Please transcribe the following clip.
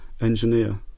engineer